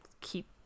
keep